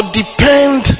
depend